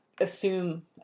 assume